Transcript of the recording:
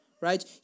right